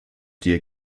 dir